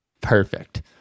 perfect